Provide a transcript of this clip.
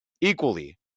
equally